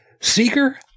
Seeker